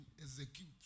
Execute